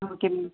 ah okay ma'am